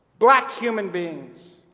black human beings,